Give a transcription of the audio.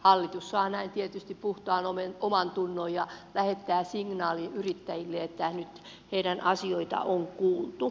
hallitus saa näin tietysti puhtaan omantunnon ja lähettää signaalin yrittäjille että nyt heidän asioitaan on kuultu